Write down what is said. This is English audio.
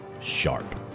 sharp